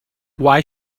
why